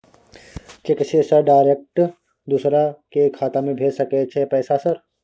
Cheque से sir direct दूसरा के खाता में भेज सके छै पैसा सर?